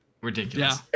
Ridiculous